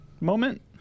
moment